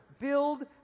build